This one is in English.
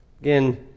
Again